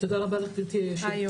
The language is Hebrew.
תודה רבה לך גברתי היו"ר.